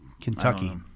Kentucky